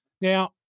Now